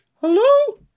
hello